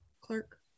clerk